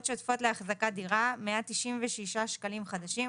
שוטפות לאחזקת דירה - 196 שקלים חדשים,